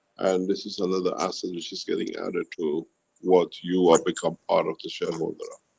and this is another asset which is getting added to what you are become part of the share holder of.